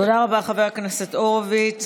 תודה רבה, חבר הכנסת הורוביץ.